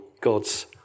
God's